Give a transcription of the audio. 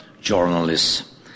journalists